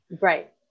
Right